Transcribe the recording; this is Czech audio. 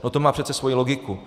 To má přece svoji logiku.